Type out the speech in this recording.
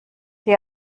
sie